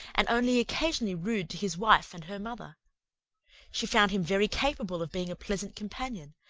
and only occasionally rude to his wife and her mother she found him very capable of being a pleasant companion,